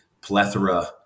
plethora